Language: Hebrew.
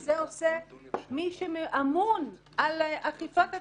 ואת זה עושה מי שאמון על אכיפת התקשי"ר.